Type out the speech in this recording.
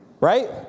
Right